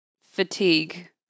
fatigue